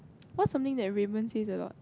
what's something that Raymond says a lot